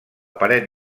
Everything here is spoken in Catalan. paret